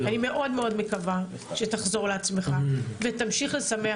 אני מאוד מאוד מקווה שתחזור לעצמך ותמשיך לשמח